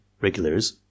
regulars